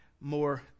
more